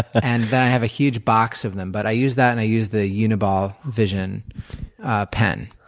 and then i have a huge box of them but i use that and i use the uniball vision pen,